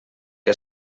que